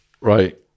Right